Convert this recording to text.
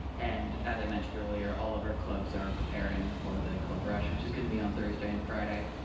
and they mentioned earlier, all of our clubs are preparing for the club rush, which is going to be on thursday and friday.